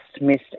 missed